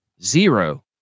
zero